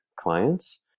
clients